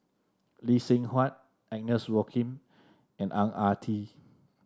Lee Seng Huat Agnes Joaquim and Ang Ah Tee